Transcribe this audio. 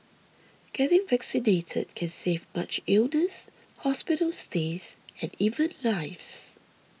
getting vaccinated can save much illness hospital stays and even lives